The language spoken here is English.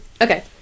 Okay